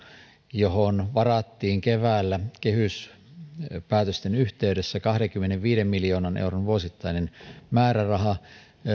johon varattiin keväällä kehyspäätösten yhteydessä kahdenkymmenenviiden miljoonan euron vuosittainen määräraha